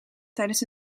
tijdens